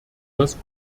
das